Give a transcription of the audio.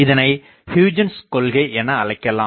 இதனை ஹியூஜென்ஸ் கொள்கை என அழைக்கலாம்